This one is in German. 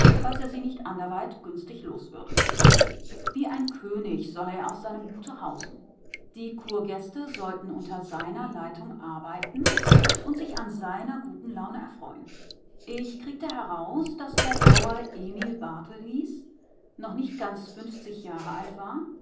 falls er sie nicht anderweit günstig los würde wie ein könig solle er auf seinem gute hausen die kurgäste sollten unter seiner leitung arbeiten und sich an seiner guten laune erfreuen ich kriegte heraus daß der bauer emil barthel hieß noch nicht ganz fünfzig jahre alt war